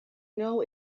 know